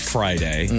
Friday